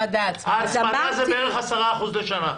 ההצמדה זה בערך 10% לשנה.